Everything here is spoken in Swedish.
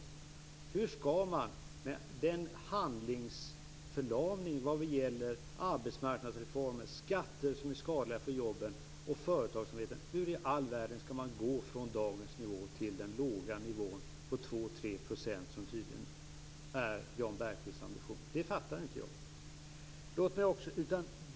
Hur i all världen skall man med den handlingsförlamningen vad gäller arbetsmarknadsreformer och skatter som är skadliga för jobben och företagsamheten gå från dagens nivå till den låga nivå på 2-3 % som tydligen är Jan Bergqvists ambition? Det förstår jag inte.